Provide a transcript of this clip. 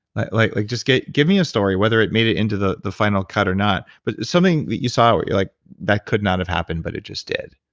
like like just give give me a story, whether it made it into the the final cut or not. but something that you saw where you're like, that could not have happened, but it just did.